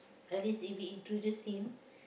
at least if we introduce him